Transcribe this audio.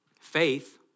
faith